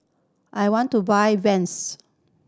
I want to buy